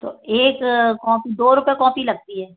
तो एक कौपीं दो रुपये कौपी लगती है